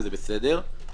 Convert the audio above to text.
וזה בסדר,